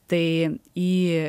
tai į